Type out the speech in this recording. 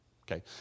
Okay